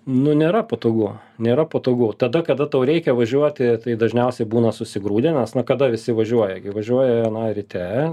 nu nėra patogu nėra patogu tada kada tau reikia važiuoti tai dažniausiai būna susigrūdę nes na kada visi važiuoja važiuoja na ryte